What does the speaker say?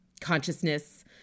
consciousness